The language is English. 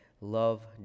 love